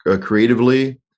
creatively